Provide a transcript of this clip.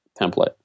template